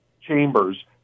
chambers